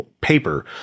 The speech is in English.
paper